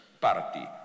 Party